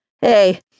Hey